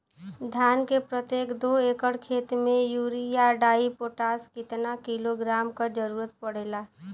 धान के प्रत्येक दो एकड़ खेत मे यूरिया डाईपोटाष कितना किलोग्राम क जरूरत पड़ेला?